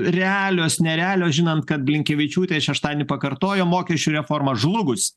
realios nerealios žinant kad blinkevičiūtė šeštadienį pakartojo mokesčių reforma žlugus